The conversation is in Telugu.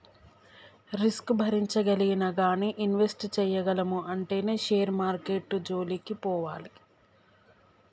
రిస్క్ భరించగలిగినా గానీ ఇన్వెస్ట్ చేయగలము అంటేనే షేర్ మార్కెట్టు జోలికి పోవాలి